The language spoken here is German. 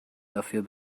dafür